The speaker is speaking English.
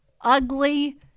ugly